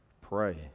pray